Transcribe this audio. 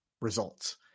results